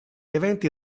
eventi